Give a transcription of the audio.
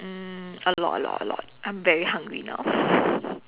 um a lot a lot a lot I'm very hungry now